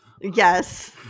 Yes